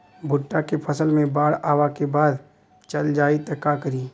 भुट्टा के फसल मे बाढ़ आवा के बाद चल जाई त का करी?